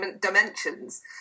dimensions